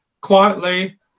quietly